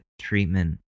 treatment